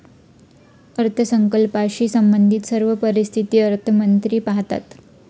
अर्थसंकल्पाशी संबंधित सर्व परिस्थिती अर्थमंत्री पाहतात